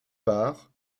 part